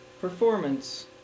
performance